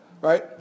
right